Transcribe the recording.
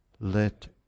let